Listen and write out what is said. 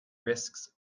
risks